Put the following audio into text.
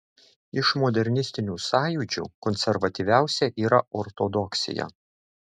iš modernistinių sąjūdžių konservatyviausia yra ortodoksija